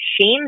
shame